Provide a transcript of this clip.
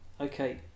Okay